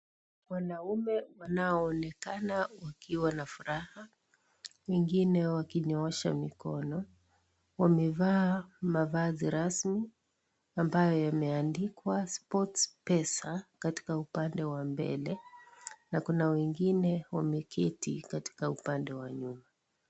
Wanaume wanao onekana wakiwa na furaha wengine wakinyoosha mikono wamevaa mavazi rasmi ambayo yameandikwa Sport pesa katika upande wa mbele na kuna wengine wameketi katika upande wa nyuma.